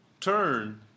turn